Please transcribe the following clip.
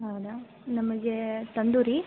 ಹೌದಾ ನಮಗೆ ತಂದೂರಿ